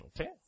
Okay